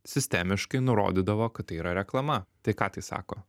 sistemiškai nurodydavo kad tai yra reklama tai ką tai sako